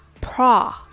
pra